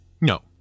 No